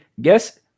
guess